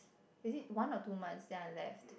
is it one or two months then I left